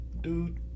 dude